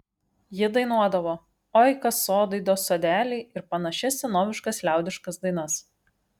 ji dainuodavo oi kas sodai do sodeliai ir panašias senoviškas liaudiškas dainas